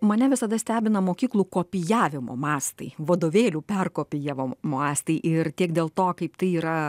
mane visada stebina mokyklų kopijavimo mastai vadovėlių perkopijavo mastai ir tiek dėl to kaip tai yra